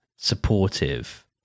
supportive